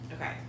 Okay